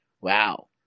Wow